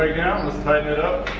ah down. let's tighten it up.